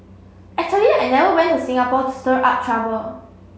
actually I never went to Singapore to stir up trouble